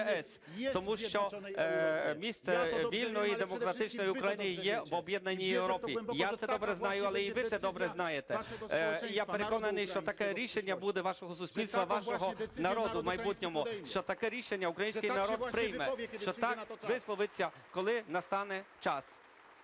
Тому що місце вільної і демократичної України є в об'єднаній Європі. Я це добре знаю, але і ви це добре знаєте. І я переконаний, що таке рішення буде вашого суспільства, вашого народу в майбутньому, що таке рішення український народ прийме, що так висловиться, коли настане час.